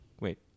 Wait